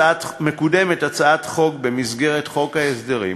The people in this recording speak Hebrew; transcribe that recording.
מקודמת הצעת חוק, במסגרת חוק ההסדרים,